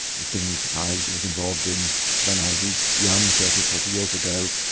the things i was involved in when i was young, thirty or forty years ago,